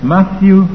Matthew